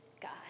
God